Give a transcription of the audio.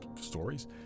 stories